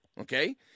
okay